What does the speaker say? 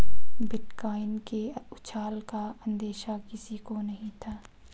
bitcoin के उछाल का अंदेशा किसी को नही था